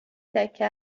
دکه